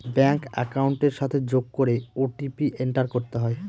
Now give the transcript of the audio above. bank একাউন্টের সাথে যোগ করে ও.টি.পি এন্টার করতে হয়